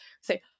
Say